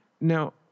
Now